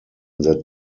that